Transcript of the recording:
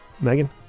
Megan